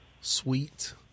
sweet